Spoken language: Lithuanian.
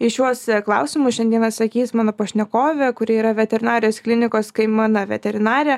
į šiuos klausimus šiandien atsakys mano pašnekovė kuri yra veterinarijos klinikos kaimana veterinarė